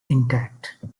intact